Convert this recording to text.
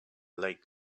lake